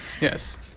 yes